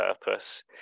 purpose